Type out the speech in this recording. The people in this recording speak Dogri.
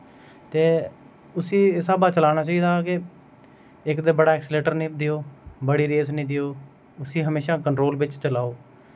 ते उसी इस हिसाबा चलाना चाहिदा कि इक ते बड़ा ऐक्सिलेटर नी देओ बड़ी रेस नी देओ उसी हमेशा कंटरोल बिच्च चलाओ